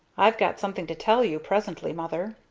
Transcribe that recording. i've got something to tell you, presently, mother.